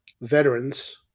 veterans